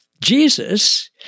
Jesus